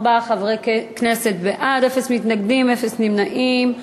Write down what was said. ארבעה חברי כנסת בעד, אפס מתנגדים, אפס נמנעים.